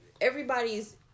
everybody's